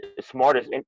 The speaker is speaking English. smartest